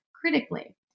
critically